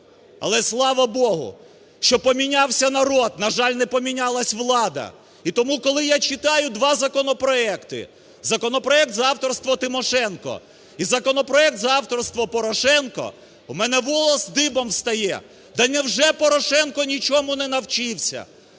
Але, слава Богу, що помінявся народ, на жаль, не помінялась влада. І тому коли я читаю два законопроекти, законопроект за авторством Тимошенко і законопроект за авторством Порошенко, у мене волос дибом встає. Да невже Порошенко нічому не навчився,